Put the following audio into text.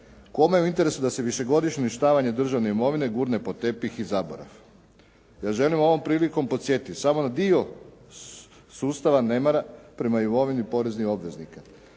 Kome je u interesu da se višegodišnje uništavanje državne imovine gurne pod tepih i zaborav? Ja želim ovom prilikom podsjetiti samo na dio sustava nemara prema imovini poreznih obveznika.